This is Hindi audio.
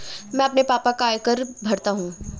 मैं अपने पापा का आयकर भरता हूं